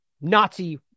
Nazi